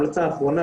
המלצה אחרונה,